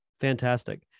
Fantastic